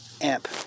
amp